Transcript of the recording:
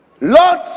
Lord